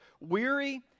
weary